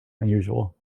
unusual